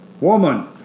Woman